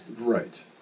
Right